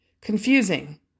Confusing